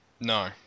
No